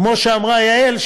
כמו שאמרה יעל,